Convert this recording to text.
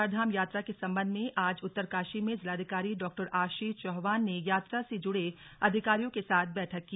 चारधाम यात्रा के संबंध में आज उत्तरकाशी में जिलाधिकारी डॉ आशीष चौहान ने यात्रा से जुड़े अधिकारियों के साथ बैठक की